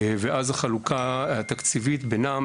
ואז החלוקה התקציבית בינם